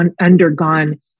undergone